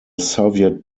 soviet